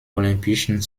olympischen